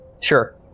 sure